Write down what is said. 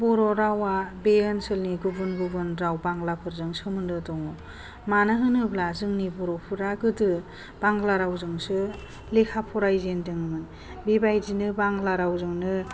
बर' रावा बे ओनसोलनि गुबुन गुबुन राव बांलाफोरजों सोमोन्दो दङ मानो होनोब्ला जोंनि बर'फोरा गोदो बांला रावजोंसो लेखा फरायजेनदोंमोन बेबादिनो बांला रावजोंनो